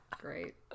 great